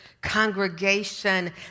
congregation